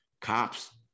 cops